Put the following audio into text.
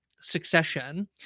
succession